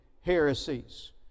heresies